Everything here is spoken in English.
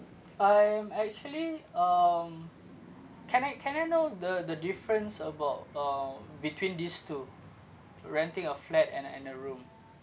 I'm actually um can I can I know the the difference about uh between these two renting a flat and a and a room